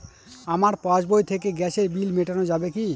আমার পাসবই থেকে গ্যাসের বিল মেটানো যাবে কি?